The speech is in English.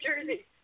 Jersey